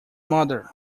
mother